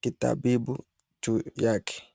kitabibu juu yake.